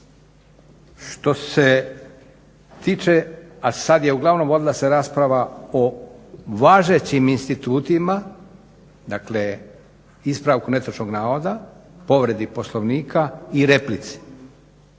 Što se tiče a sada je uglavnom vodila se rasprava o važećim institutima, dakle ispravku netočnog navoda, povredi Poslovnika i replici,